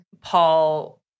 Paul